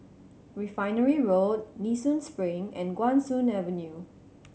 Refinery Road Nee Soon Spring and Guan Soon Avenue